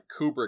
Kubrick